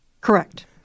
Correct